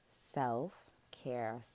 self-care